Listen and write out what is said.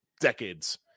decades